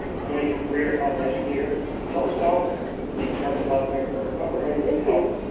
melanie is a career health educator and published author of the instructive health textbook, comprehensive health.